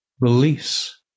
release